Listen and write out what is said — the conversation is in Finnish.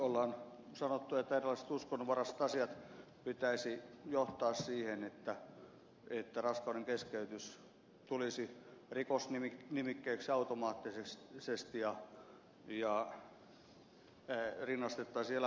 on sanottu että erilaisten uskonnonvaraisten asioiden pitäisi johtaa lainsäädännön piiriin että raskaudenkeskeytys tulisi rikosnimikkeeksi automaattisesti ja rinnastettaisiin elämän keskeytykseen